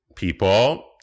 people